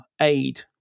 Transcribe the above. aid